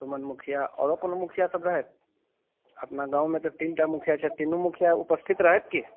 सुमन मुखिआ आओरो कोनो मुखिआ सब रहथि अपना गावँमे तऽ तीनटा मुखिआ छथि तीनू उपस्थित रहैत कि